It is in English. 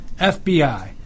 FBI